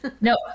no